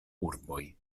urboj